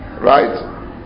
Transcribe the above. right